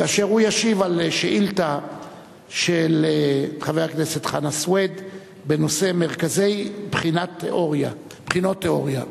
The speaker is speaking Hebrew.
וישיב על שאילתא של חבר הכנסת חנא סוייד בנושא מרכזי בחינות תיאוריה.